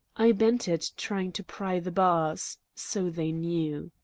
i bent it trying to pry the bars. so they knew.